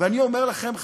ואני אומר לכם,